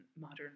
modern